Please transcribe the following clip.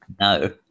No